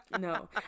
No